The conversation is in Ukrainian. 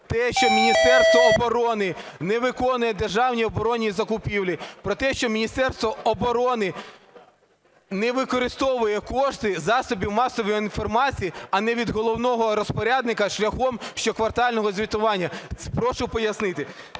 про те, що Міністерство оборони не виконує державні оборонні закупівлі, про те, що Міністерство оброни не використовує кошти засобів масової інформації, а не від головного розпорядника шляхом щоквартального звітування? Прошу пояснити.